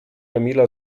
emila